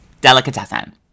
Delicatessen